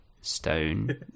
Stone